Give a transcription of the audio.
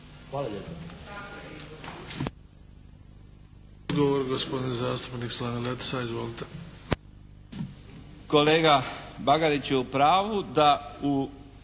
Hvala